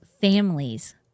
families